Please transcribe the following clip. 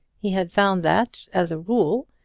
he had found that, as a rule,